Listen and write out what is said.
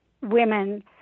women